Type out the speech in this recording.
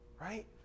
Right